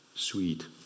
Sweet